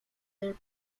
their